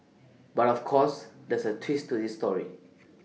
but of course there's A twist to this story